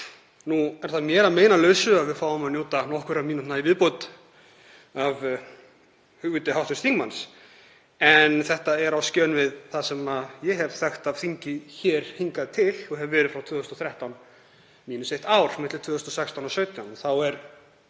Nú er það mér að meinalausu að við fáum að njóta nokkurra mínútna í viðbót af hugviti hv. þingmanns, en þetta er á skjön við það sem ég hef þekkt af þingi hingað til og hef verið hér frá 2013, mínus eitt ár, milli 2016 og 2017.